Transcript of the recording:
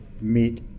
meet